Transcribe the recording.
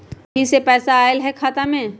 कहीं से पैसा आएल हैं खाता में?